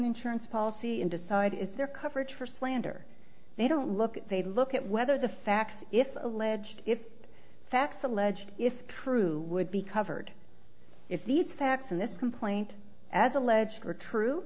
t insurance policy and decide is there coverage for slander they don't look at they look at whether the facts if alleged if the facts alleged if true would be covered if these facts in this complaint as alleged were true